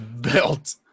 built